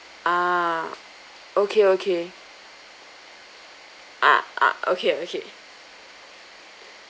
uh okay okay [ uh uh okay okay